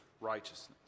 righteousness